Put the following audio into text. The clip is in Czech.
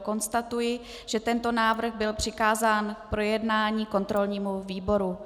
Konstatuji, že tento návrh byl přikázán k projednání kontrolnímu výboru.